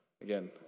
Again